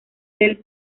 del